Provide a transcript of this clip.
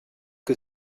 que